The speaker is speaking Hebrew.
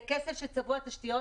זה כסף שצבוע לתשתיות.